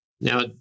now